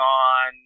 on